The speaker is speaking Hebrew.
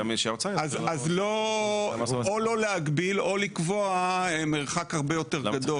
אז או לא להגביל, או לקבוע מרחק הרבה יותר גדול.